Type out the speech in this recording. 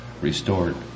restored